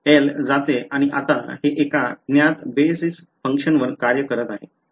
L जाते आणि आता हे एका ज्ञात बेस फंक्शनवर कार्य करत आहे